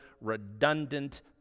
redundant